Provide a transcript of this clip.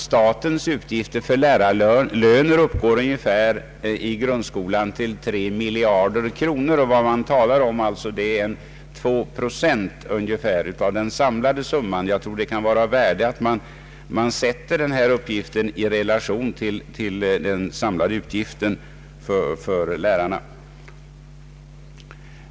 Statens utgifter för lärarlöner i grundskolan uppgår till cirka 3 miljarder kronor. Vad man alltså talar om är ungefär 2 procent av den samlade summan. Jag tror att det kan vara av värde att sätta uppgiften om merkostnaden i relation till de samlade utgifterna för lärarna.